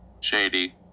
Shady